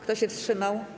Kto się wstrzymał?